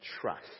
trust